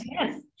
yes